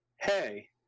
hey